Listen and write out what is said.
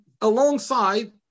alongside